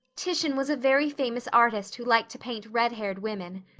titian was a very famous artist who liked to paint red-haired women.